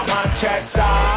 Manchester